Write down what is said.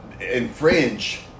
infringe